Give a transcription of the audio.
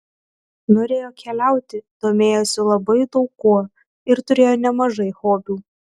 norėjo keliauti domėjosi labai daug kuo ir turėjo nemažai hobių